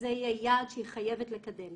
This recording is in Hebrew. ושזה יהיה יעד שהיא חייבת לקדם.